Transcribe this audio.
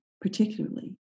particularly